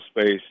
space